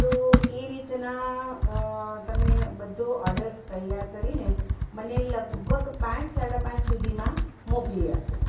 તો એ રીતના તમે બધો ઓડર તૈયાર કરીને મને લગભગ પાંચ સાડા પાંચ સુધીમાં મોકલી આપો